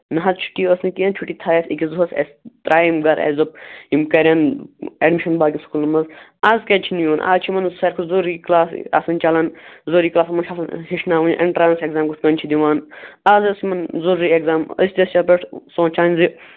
نہ حظ چھُٹی ٲس نہٕ کیٚنٛہہ چھُٹی تھٲویے أکِس دۅہَس اَسہِ ترٛایے یِم گَرٕ اسہِ دوٚپ یِم کرن ایٚڈمِشٮ۪ن بدل سکوٗلن منٛز اَز کیٛازِ چھِنہٕ یِوان اَز چھُ یمن سٲرِوٕے کھۅتہٕ ضروٗری کٕلاس آسان چلان ضروٗری تتھ منٛز چھُ آسان ہیٚچھناوٕنۍ ایٚنٛٹرٛنس ایٚکزام کِتھٕ کٔنۍ چھِ دِوان اَز اوس تِمن ضروٗری ایٚکزام أسۍ تہِ ٲسۍ یِتھٕ پٲٹھۍ سونٛچان زِ